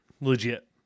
Legit